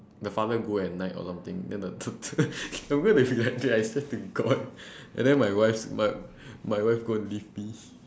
the father go at night or something then the ah I swear to god and then my wife's my my wife going to leave me